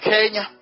Kenya